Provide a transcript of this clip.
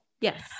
Yes